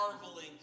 marveling